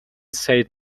said